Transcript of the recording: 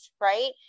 right